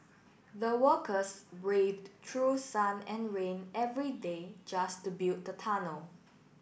the workers braved through sun and rain every day just to build the tunnel